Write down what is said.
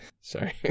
Sorry